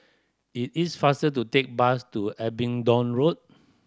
it is faster to take bus to Abingdon Road